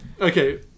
Okay